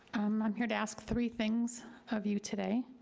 i'm here to ask three things of you today.